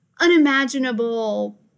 unimaginable